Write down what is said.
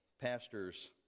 pastors